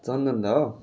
चन्दन दा हो